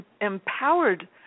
empowered